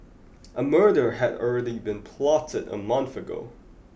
a murder had already been plotted a month ago